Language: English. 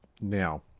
Now